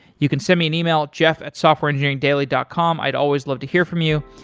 you can send me an email, jeff at softwareengineeringdaily dot com. i'd always love to hear from you.